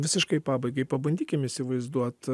visiškai pabaigai pabandykim įsivaizduot